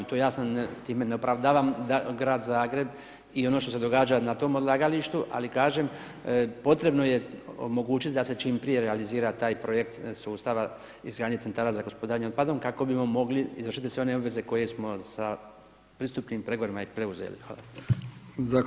To je jasno, time ne opravdavam Grad Zagreb i ono što se događa na tom odlagalištu, ali kažem potrebno je omogućiti da se čim prije realizira taj projekt sustava izgradnje centara za gospodarenje otpadom, kako bi mogli izvršiti sve one obveze koje smo sa pristupnim pregovorima i preuzeli.